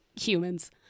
humans